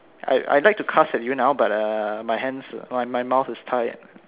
I I'd like to cuss at you now but uh my hands uh my mouth is tied